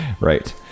Right